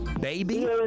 Baby